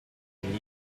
and